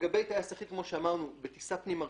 לגבי טייס יחיד כמו שאמרנו, בטיסה פנים-ארצית,